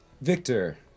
Victor